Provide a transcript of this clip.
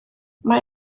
mae